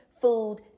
food